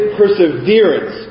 perseverance